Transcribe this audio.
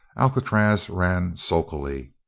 alcatraz ran sulkily.